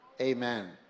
amen